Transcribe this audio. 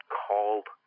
called